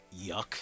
yuck